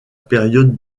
période